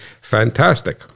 fantastic